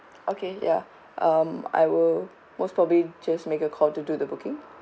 okay ya um I will most probably just make a call to do the booking